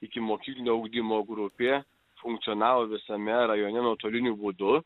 ikimokyklinio ugdymo grupė funkcionavo visame rajone nuotoliniu būdu